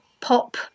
pop